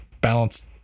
balanced